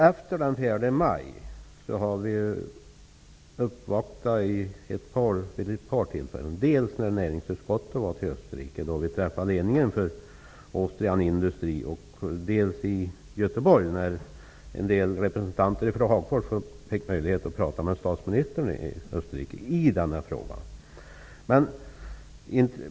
Efter den 4 maj har vi vid ett par tillfällen gjort uppvaktningar i den här frågan, dels när näringsutskottet var i Österrike och vi träffade ledningen för Austrian Industries, dels när en del representanter från Hagfors i Göteborg fick möjlighet att prata med den österrikiske statsministern om den här frågan.